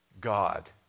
God